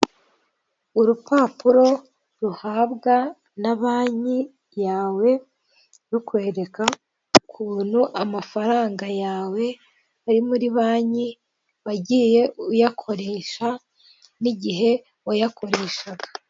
Urupapuro ruhabwa na banki yawe rukwereka ukuntu amafaranga yawe ari muri banki wagiye uyakoresha n'igihe wayakoreshaga.